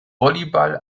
volleyball